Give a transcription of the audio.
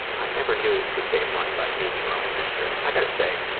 i never knew that you could save money by being your own mistress. i got to say,